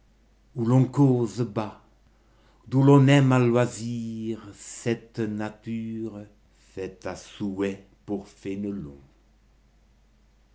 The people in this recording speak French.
où l'on cause bas et d'où l'on aime à loisir cette nature faite à souhait pour